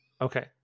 Okay